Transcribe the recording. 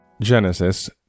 Genesis